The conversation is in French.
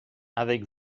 avec